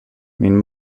min